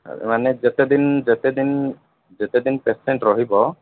ମାନେ ଯେତେ ଦିନ ଯେତେ ଦିନ ଯେତେ ଦିନ ପେସେଣ୍ଟ୍ ରହିବ